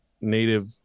native